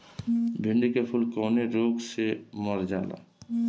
भिन्डी के फूल कौने रोग से मर जाला?